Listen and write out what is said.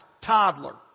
toddler